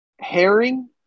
herring